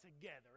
together